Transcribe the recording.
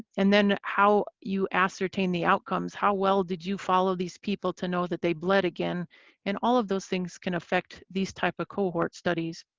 and then, how you ascertain the outcomes how well did you follow these people to know that they bled again and all of those things can affect these type of cohort studies.